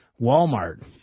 Walmart